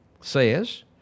says